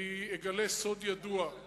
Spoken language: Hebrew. אני אגלה סוד ידוע, אתה